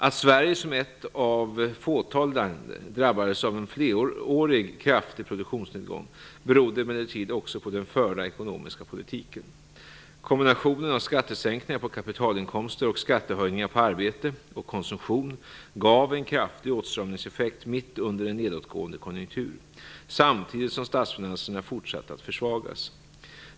Att Sverige som ett av ett fåtal länder drabbades av en flerårig kraftig produktionsnedgång berodde emellertid också på den förda ekonomiska politiken. Kombinationen av skattesänkningar på kapitalinkomster och skattehöjningar på arbete och konsumtion gav en kraftig åtstramningseffekt mitt under en nedåtgående konjunktur, samtidigt som statsfinanserna fortsatte att försvagas.